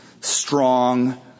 strong